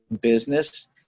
business